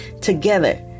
together